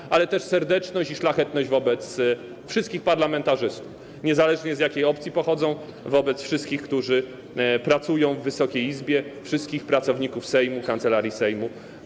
Ale cechuje go też serdeczność i szlachetność wobec wszystkich parlamentarzystów, niezależnie od tego, z jakiej opcji politycznej pochodzą, wobec wszystkich, którzy pracują w Wysokiej Izbie, wszystkich pracowników Sejmu, Kancelarii Sejmu.